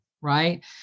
right